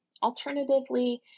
Alternatively